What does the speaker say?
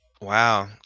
Wow